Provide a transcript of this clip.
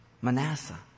Manasseh